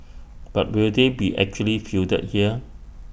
but will they be actually fielded here